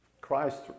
Christ